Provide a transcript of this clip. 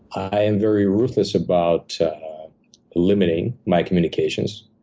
i am very ruthless about limiting my communications.